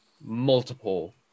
multiple